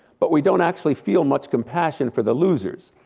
but we don't actually feel much compassion for the losers.